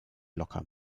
locker